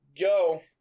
go